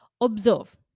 Observe